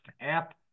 app